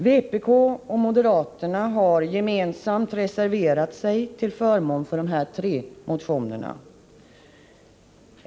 Vpk och moderaterna har gemensamt reserverat sig till förmån för dessa tre motioner.